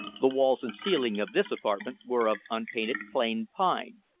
the walls and ceiling of this apartment were of unpainted planed pine.